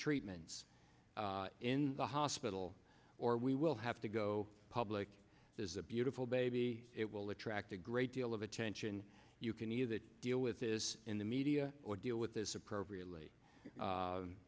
treatments in the hospital or we will have to go public there's a beautiful baby it will attract a great deal of attention you can either deal with this in the media or deal with this appropriately